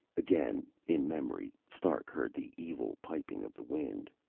again, in memory, stark heard the evil piping of the wind.